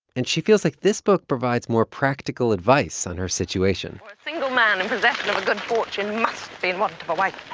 and she feels like this book provides more practical advice on her situation for a single man in possession of good fortune must be in want of a wife